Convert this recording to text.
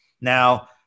Now